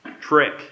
trick